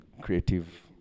creative